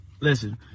Listen